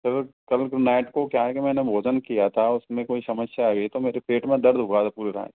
sir कल को night को क्या है ना मैंने भोजन किया था उसमें कोई समस्या आ गई तो मेरे पेट में दर्द हो रहा था पूरी रात